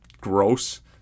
gross